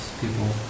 people